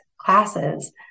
classes